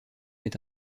est